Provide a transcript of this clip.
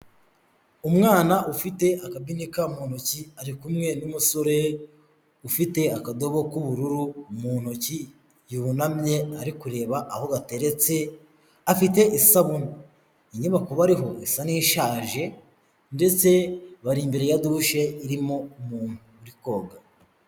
Umwana ufite akabinika mu ntoki ari kumwe n'umusore ufite akadobo k'ubururu mu ntoki, yunamye ari kureba aho bateretse afite isabu . Inyubako bariho isa n'ishaje ndetse bari imbere ya dushe irimo umuntu uri koga.